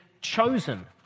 chosen